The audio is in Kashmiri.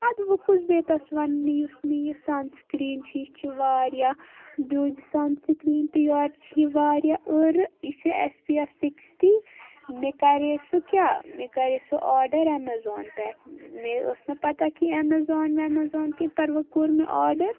اَدٕ وۄںۍ کُس بیٚہہِ تَس وَنٛنہِ یُس مےٚ یہِ سَن سِکِریٖن چھِ یہِ چھِ واریاہ درٛوٚج سَن سِکِریٖن تہٕ یوٚرٕ چھِ یہِ واریاہ عٲرٕ یہِ چھِ اٮ۪س پی اٮ۪ف سِکِسٹی مےٚ کَرے سُہ کیٛاہ مےٚ کرے سُہ آرڈَر اٮ۪مَزان پٮ۪ٹھ مےٚ ٲس نہٕ پٮتہٕ کیٚنہہ اٮ۪مَزان وٮ۪مَزان کیٚنہہ پَر وۄنۍ کوٚر مےٚ آرڈَر